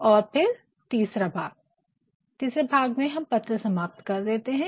और फिर तीसरा भाग में हम पत्र समाप्त कर देते है